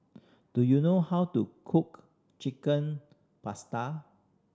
do you know how to cook Chicken Pasta